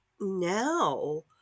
now